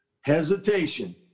hesitation